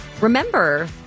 Remember